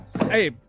hey